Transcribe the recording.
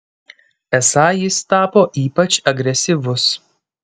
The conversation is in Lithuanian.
esą jis tapo ypač agresyvus